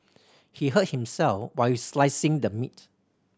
he hurt himself while slicing the meat